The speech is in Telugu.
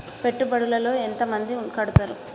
పెట్టుబడుల లో ఎంత మంది కడుతరు?